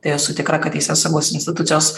tai esu tikra kad teisėsaugos institucijos